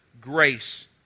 grace